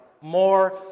more